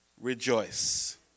rejoice